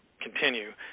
continue